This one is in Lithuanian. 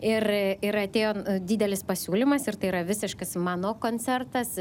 ir ir atėjo didelis pasiūlymas ir tai yra visiškas mano koncertas